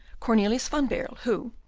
cornelius van baerle, who,